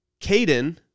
Caden